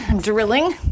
drilling